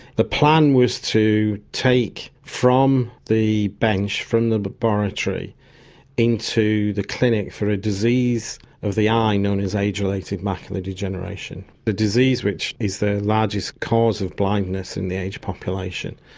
the plan was to take from the bench, from the laboratory into the clinic for a disease of the eye known as age-related macular degeneration, a disease which is the largest cause of blindness in the aged population,